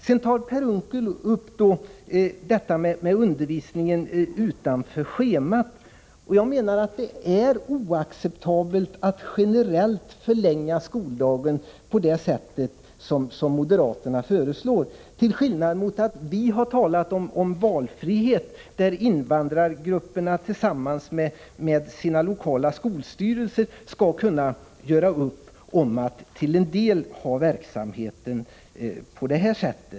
Sedan tar Per Unckel upp frågan om undervisning utanför schemat. Jag menar att det är oacceptabelt att generellt förlänga skoldagen på det sätt moderaterna föreslår. Det är skillnad mot det vi har talat om, nämligen en valfrihet: Invandrargrupperna skall tillsammans med sina lokala skolstyrelser kunna göra upp om att till en del ha verksamheten på detta sätt.